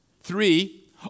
Three